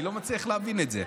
אני לא מצליח להבין את זה,